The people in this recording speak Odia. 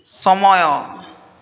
ସମୟ